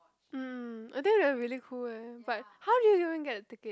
mm I think that they're really cool eh but how did you even get the ticket